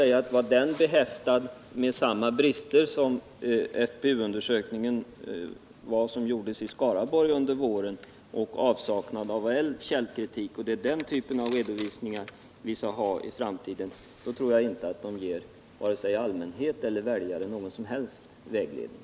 bara säga att var den behäftad med samma brister och avsaknad av källkritik som den FPU-undersökning som gjordes i Skaraborg under våren är den inte mycket värd. Är det den typen av redovisningar vi skall ha i framtiden tror jag inte att de ger vare sig allmänhet eller väljare någon som helst vägledning.